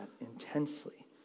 intensely